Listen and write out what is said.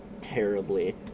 terribly